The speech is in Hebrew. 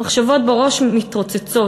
המחשבות בראש מתרוצצות: